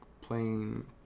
playing